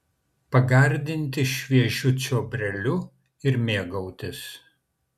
pagardinti šviežiu čiobreliu ir mėgautis